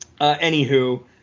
Anywho